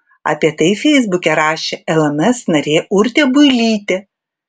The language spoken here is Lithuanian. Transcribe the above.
apie tai feisbuke rašė lms narė urtė builytė